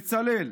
בצלאל,